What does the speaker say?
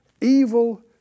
evil